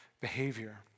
behavior